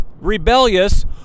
rebellious